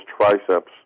triceps